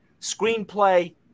screenplay